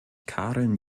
karin